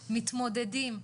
מתמודדים,